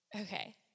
Okay